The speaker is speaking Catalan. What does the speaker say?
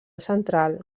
central